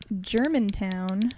Germantown